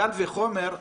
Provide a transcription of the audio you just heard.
קל וחומר,